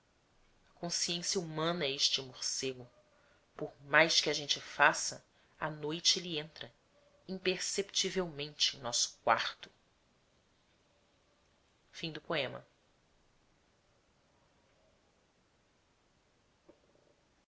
consciência humana é este morcego por mais que a gente faça à noite ele entra imperceptivelmente em nosso quarto eu